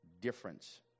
difference